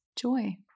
joy